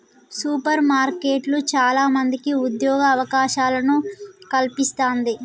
super మార్కెట్లు చాల మందికి ఉద్యోగ అవకాశాలను కల్పిస్తంది